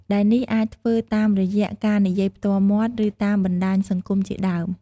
ដែលនេះអាចធ្វើតាមរយៈការនិយាយផ្ទាល់មាត់ ឬតាមបណ្ដាញសង្គមជាដើម។